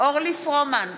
אורלי פרומן,